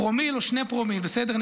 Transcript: פרומיל או שני פרומיל, בסדר?